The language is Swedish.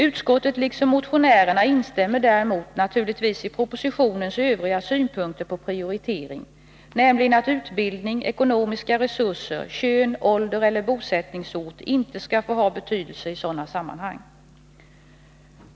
Utskottet, liksom motionärerna, instämmer däremot naturligtvis i propositionens övriga synpunkter på prioritering, nämligen att utbildning, ekonomiska resurser, kön, ålder eller bosättningsort inte skall få ha betydelse i sådana sammanhang.